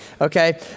okay